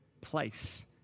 place